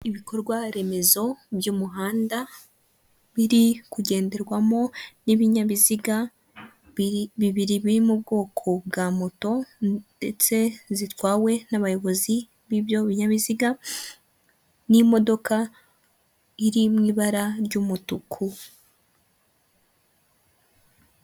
Ibikorwaremezo by'umuhanda biri kugenderwamo n'ibinyabiziga bibiri biri mu bwoko bwa moto ndetse zitwawe n'abayobozi b'ibyo binyabiziga n'imodoka iri mu ibara ry'umutuku.